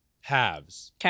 halves